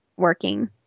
Working